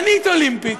אצנית אולימפית,